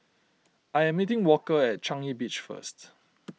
I am meeting Walker at Changi Beach first